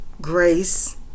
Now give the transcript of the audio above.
grace